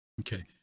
Okay